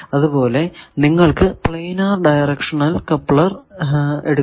അതുപോലെ നിങ്ങൾക്കു planar directional coupler എടുക്കാം